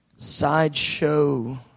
Sideshow